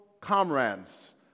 comrades